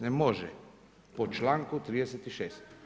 Ne može po članku 36.